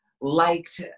liked